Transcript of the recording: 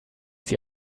sie